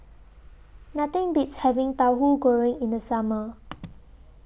Nothing Beats having Tauhu Goreng in The Summer